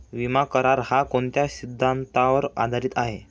विमा करार, हा कोणत्या सिद्धांतावर आधारीत आहे?